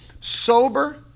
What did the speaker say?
Sober